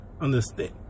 understand